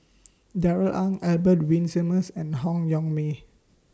Darrell Ang Albert Winsemius and Han Yong May